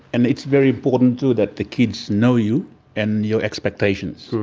and it's very important, too, that the kids know you and your expectations.